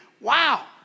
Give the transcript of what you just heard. wow